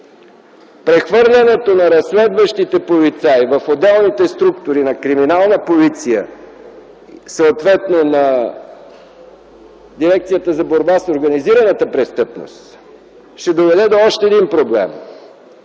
Прехвърлянето на разследващите полицаи в отделните структури на Криминална полиция, съответно на Дирекцията за борба с организираната престъпност, ще доведе до още един проблем,